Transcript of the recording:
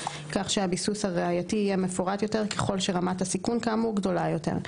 כך שהביסוס הראייתי יהיה מפורט יותר ככל שרמת הסיכון כאמור גדולה יותר.